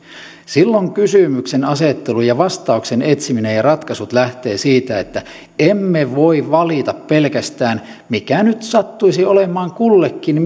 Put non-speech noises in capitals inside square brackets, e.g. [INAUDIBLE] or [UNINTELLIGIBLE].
silloin kysymyksenasettelu ja vastauksen etsiminen ja ratkaisut lähtevät siitä että emme voi valita pelkästään mikä nyt sattuisi olemaan kullekin [UNINTELLIGIBLE]